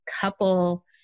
couple